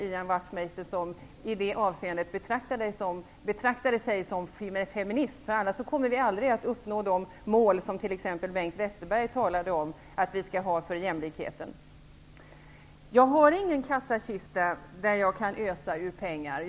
Ian Wachtmeister, i det avseendet betraktade sig som feminister, för annars kommer vi aldrig att uppnå de mål som t.ex. Bengt Westerberg talade om att vi skall ha för jämlikheten. Jag har ingen kassakista som jag kan ösa pengar ur.